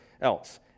else